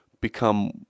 become